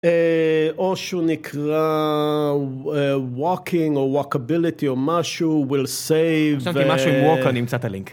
או שהוא נקרא walking or walkability או משהו will save. אני אמצא את הלינק